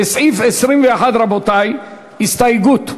לסעיף 21, רבותי, הסתייגות,